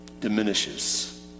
diminishes